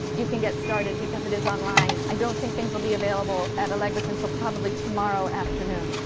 you can get started because it is online. i don't think things will be available at allegra's until probably tomorrow afternoon.